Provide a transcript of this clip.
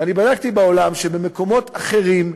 ואני בדקתי בעולם, ובמקומות אחרים,